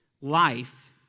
life